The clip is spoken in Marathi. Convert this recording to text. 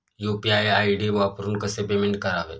यु.पी.आय आय.डी वापरून कसे पेमेंट करावे?